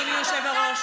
אדוני היושב-ראש.